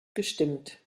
gestimmt